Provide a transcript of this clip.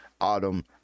Autumn